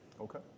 Okay